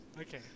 Okay